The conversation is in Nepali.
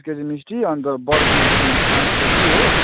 पाँच केजी मिस्टी अन्त बर्फी पठाइदिन्छु पाँच केजी हो